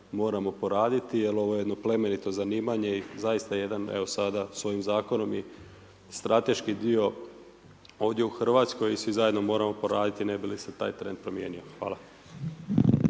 moramo poraditi, jer ovo je jedno plemenito zanimanja i zaista jedan evo sada s ovim zakonom i strateški dio ovdje u Hrvatskoj i svi zajedno moramo poraditi ne bi li se taj trend promijenio. Hvala.